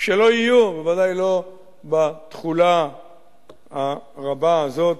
שלא יהיו, בוודאי לא בתחולה הרבה הזאת,